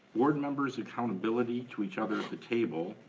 board members accountability to each other at the table,